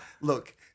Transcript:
Look